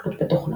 תלות בתוכנה,